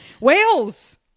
Wales